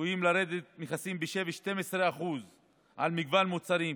צפויים לרדת מכסים בשווי 12% על מגוון מוצרים.